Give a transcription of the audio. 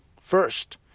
first